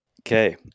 Okay